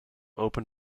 open